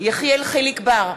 יחיאל חיליק בר,